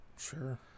Sure